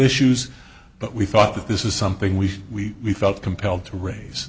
issues but we thought that this is something we felt compelled to raise